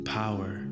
power